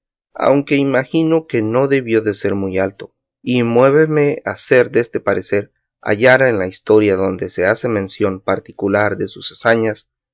aunque imagino que no debió de ser muy alto y muéveme a ser deste parecer hallar en la historia donde se hace mención particular de sus hazañas